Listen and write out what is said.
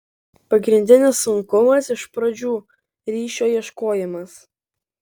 pagrindinis sunkumas iš pradžių ryšio ieškojimas